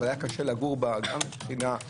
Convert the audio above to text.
אבל היה קשה לגור בה גם אישית,